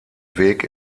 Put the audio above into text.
weg